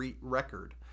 record